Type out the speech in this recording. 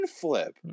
flip